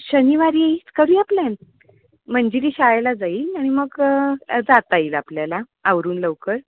शनिवारी करूया प्लॅन मंजिरी शाळेला जाईल आणि मग जाता येईल आपल्याला आवरून लवकर